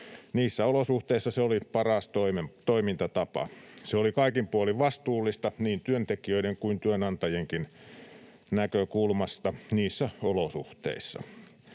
Niissä olosuhteissa se oli paras toimintatapa. Se oli kaikin puolin vastuullista niin työntekijöiden kuin työnantajienkin näkökulmasta niissä olosuhteissa.